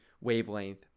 wavelength